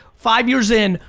five years in,